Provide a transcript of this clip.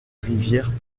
rivière